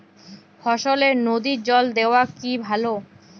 ফসলে নদীর জল দেওয়া কি ভাল?